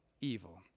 evil